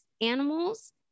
animals